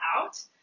out